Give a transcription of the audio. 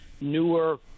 newer